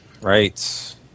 Right